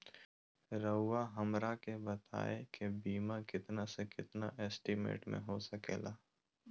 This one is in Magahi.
रहुआ हमरा के बताइए के बीमा कितना से कितना एस्टीमेट में हो सके ला?